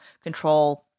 control